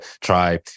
try